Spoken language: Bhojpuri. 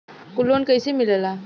लोन कईसे मिलेला?